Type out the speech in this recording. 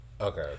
Okay